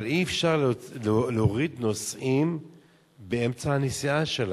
אבל אי-אפשר להוריד נוסעים באמצע הנסיעה שלהם,